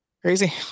crazy